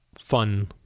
fun